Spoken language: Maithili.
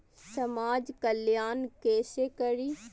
समाज कल्याण केसे करी?